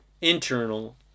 internal